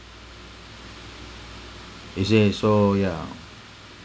they say so ya